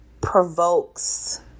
provokes